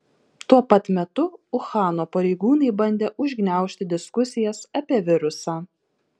tuo pat metu uhano pareigūnai bandė užgniaužti diskusijas apie virusą